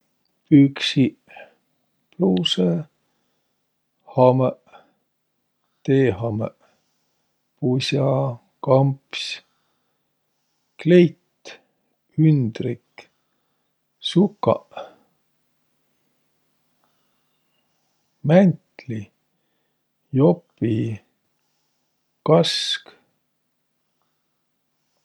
Püksiq, pluusõ, hamõq, T-hamõq, pus'a, kamps, kleit, ündrik, sukaq, mäntli.